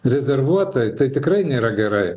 rezervuotai tai tikrai nėra gerai